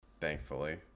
Thankfully